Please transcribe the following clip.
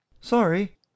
Sorry